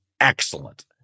excellent